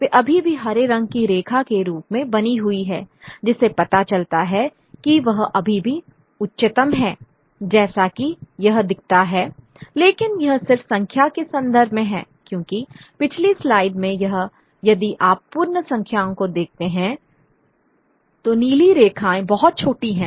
वे अभी भी हरे रंग की रेखा के रूप में बनी हुई है जिससे पता चलता है कि वह अभी भी उच्चतम है जैसा कि यह दिखाता है लेकिन यह सिर्फ संख्या के संदर्भ में है क्योंकि पिछली स्लाइड में यदि आप पूर्ण संख्याओं को देखते हैं तो नीली रेखाएं बहुत छोटी हैं